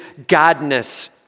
godness